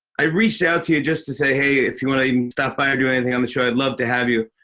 i reached out to you just to say, hey, if you wanna stop by or do anything on the show, i'd love to have you.